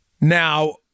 Now